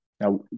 Now